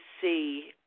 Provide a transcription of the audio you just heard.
see